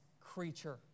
creature